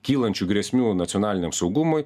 kylančių grėsmių nacionaliniam saugumui